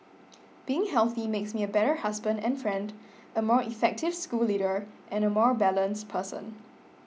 being healthy makes me a better husband and friend a more effective school leader and a more balanced person